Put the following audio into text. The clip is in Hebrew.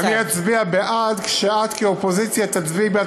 אני אצביע בעד כשאת כאופוזיציה תצביעי בעד